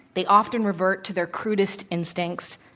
they often revert to their crudest instincts.